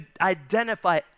identify